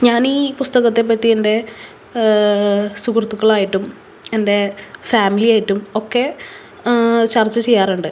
ഞാൻ ഈ പുസ്തകത്തെ പറ്റി എൻ്റെ സുഹൃത്തുക്കളായിട്ടും എൻ്റെ ഫാമിലിയായിട്ടും ഒക്കെ ചർച്ച ചെയ്യാറുണ്ട്